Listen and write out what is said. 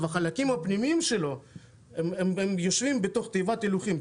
החלקים הפנימיים שלו הם יושבים בתוך תיבת הילוכים,